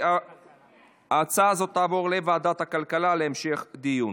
לוועדת הכלכלה נתקבלה.